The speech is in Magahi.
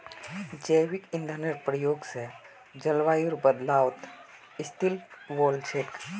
जैविक ईंधनेर प्रयोग स जलवायुर बदलावत स्थिल वोल छेक